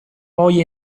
poi